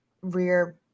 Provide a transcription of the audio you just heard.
rear